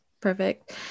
Perfect